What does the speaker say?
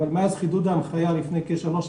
אבל מאז חידוד ההנחיה לפני כ-שלוש,